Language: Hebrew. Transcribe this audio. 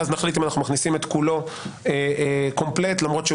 ואז נחליט אם אנחנו מכניסים את כולו קומפלט למרות שהוא